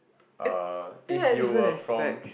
uh if you were from